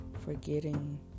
forgetting